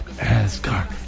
Asgard